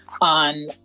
on